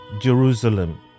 Jerusalem